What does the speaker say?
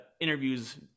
interviews